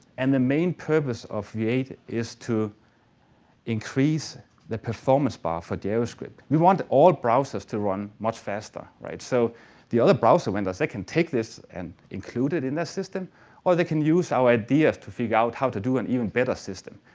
and the main purpose of v eight is to increase the performance bar for javascript. we want all browsers to run much faster, right? so the other browser windows, they can take this and include it in their system or they can use our ideas to figure out how to do an even better system.